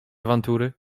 awantury